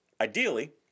ideally